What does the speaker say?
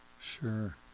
Sure